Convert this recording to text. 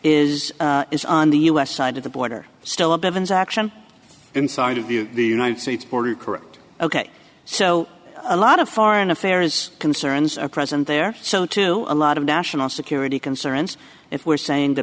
is is on the u s side of the border still of evans action inside of the united states border correct ok so a lot of foreign affairs concerns are present there so to a lot of national security concerns if we're saying th